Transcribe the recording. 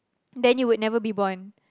then you would never be born